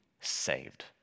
saved